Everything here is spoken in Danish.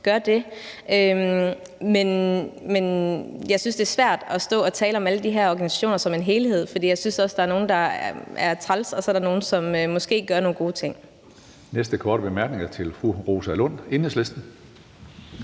gør det. Men jeg synes, det svært at stå og tale om alle de her organisationer som en helhed, for jeg synes også, at der er nogle af dem, der er træls, og så er der er nogle, som måske gør nogle gode ting. Kl. 15:19 Tredje næstformand (Karsten